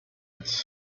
its